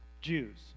Jews